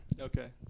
Okay